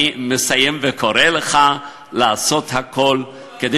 לכן אני מסיים וקורא לך לעשות הכול כדי